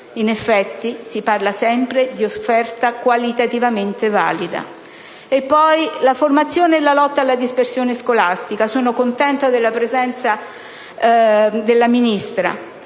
In effetti, si parla sempre di offerta qualitativamente valida. Ci sono poi la formazione e la lotta alla dispersione scolastica. Sono contenta della presenza della Ministra